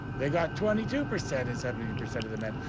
they got twenty two percent in seventeen percent of the men.